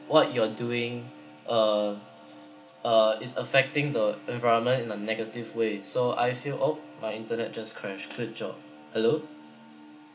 what you are doing uh uh is affecting the environment in a negative way so I feel oh my internet just crashed good job hello